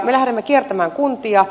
me lähdemme kiertämään kuntia